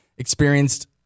experienced